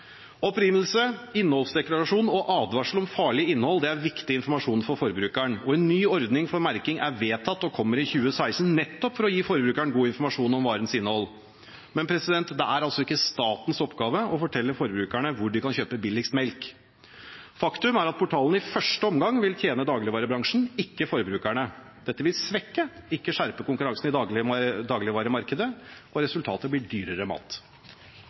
Opprinnelse, innholdsdeklarasjon og advarsel om farlig innhold er viktig informasjon for forbrukeren, og en ny ordning for merking er vedtatt og kommer i 2016 – nettopp for å gi forbrukeren god informasjon om varens innhold. Men det er ikke statens oppgave å fortelle forbrukerne hvor de kan kjøpe billigst melk. Faktum er at portalen i første omgang vil tjene dagligvarebransjen – ikke forbrukerne. Dette vil svekke – ikke skjerpe – konkurransen i dagligvaremarkedet, og resultatet blir dyrere mat.